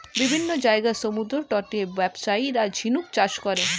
বিভিন্ন জায়গার সমুদ্রতটে ব্যবসায়ীরা ঝিনুক চাষ করে